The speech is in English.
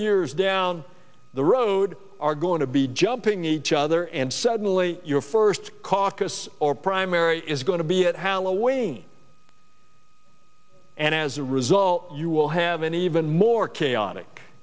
years down the road are going to be jumping each other and suddenly your first caucus or primary is going to be at halloween and as a result you will have an even more